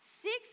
Six